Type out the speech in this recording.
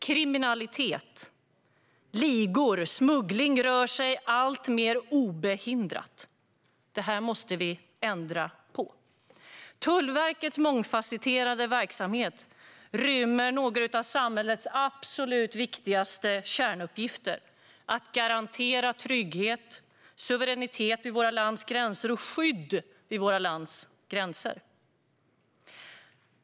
Kriminalitet, ligor och smuggling rör sig alltmer obehindrat. Det måste vi ändra på. Tullverkets mångfasetterade verksamhet rymmer några av samhällets absolut viktigaste kärnuppgifter, att garantera trygghet, suveränitet vid vårt lands gränser och skydd vid vårt lands gränser.